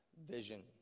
vision